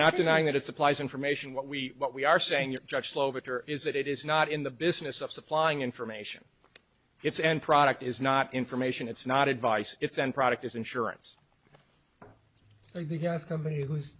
not denying that it supplies information what we what we are saying judge flow better is that it is not in the business of supplying information its end product is not information it's not advice it's end product is insurance so he has a company who